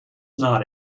not